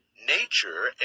Nature